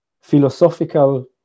philosophical